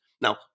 now